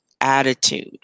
attitude